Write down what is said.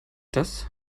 das